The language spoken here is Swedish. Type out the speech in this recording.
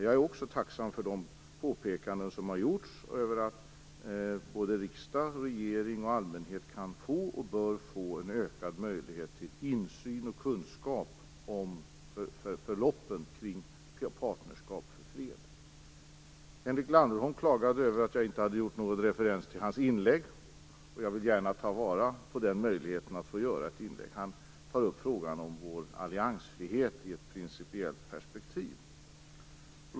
Jag är också tacksam för de påpekanden som har gjorts om att riksdag, regering och allmänhet kan och bör få en ökad möjlighet till insyn och kunskap om förloppen kring Partnerskap för fred. Henrik Landerholm klagade över att jag inte hade gjort någon referens till hans inlägg. Jag vill gärna ta till vara möjligheten att göra det. Han tar upp frågan om vår alliansfrihet i ett principiellt perspektiv.